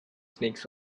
snakes